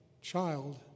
child